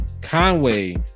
Conway